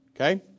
Okay